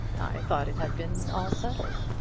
i thought it had been all settled.